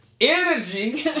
Energy